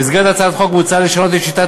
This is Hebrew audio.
במסגרת הצעת החוק מוצע לשנות את שיטת